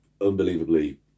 unbelievably